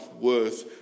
worth